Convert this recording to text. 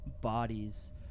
bodies